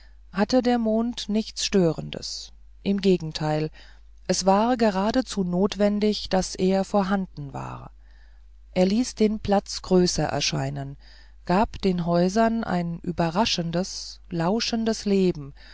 hatte der mond nichts störendes im gegenteil es war geradezu notwendig daß er vorhanden war er ließ den platz größer erscheinen gab den häusern ein überraschendes lauschendes leben